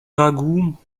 ragout